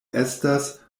estas